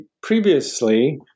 previously